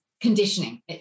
conditioning